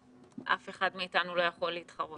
אף אחד מאיתנו לא יכול להתחרות בה.